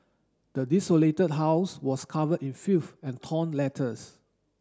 the desolated house was covered in filth and torn letters